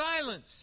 silence